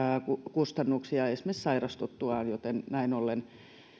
kustannuksia esimerkiksi sairastuttuaan joten näin ollen